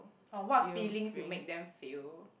or what feelings you make them feel